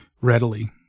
Readily